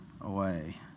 away